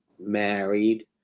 married